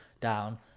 down